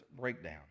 breakdown